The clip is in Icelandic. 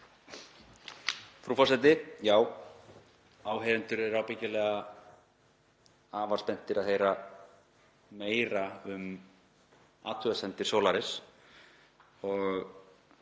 Frú forseti. Já, áheyrendur eru ábyggilega afar spenntir að heyra meira um athugasemdir Solaris